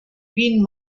queen